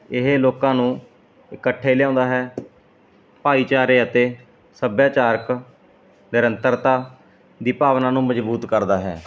ਇਹ ਲੋਕਾਂ ਨੂੰ ਇਕੱਠੇ ਲਿਆਉਂਦਾ ਹੈ ਭਾਈਚਾਰੇ ਅਤੇ ਸੱਭਿਆਚਾਰਕ ਨਿਰੰਤਰਤਾ ਦੀ ਭਾਵਨਾ ਨੂੰ ਮਜ਼ਬੂਤ ਕਰਦਾ ਹੈ